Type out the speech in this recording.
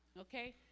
okay